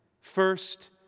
First